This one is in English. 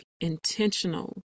intentional